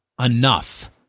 enough